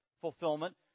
fulfillment